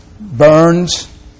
Burns